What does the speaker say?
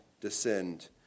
descend